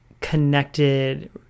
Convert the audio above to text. connected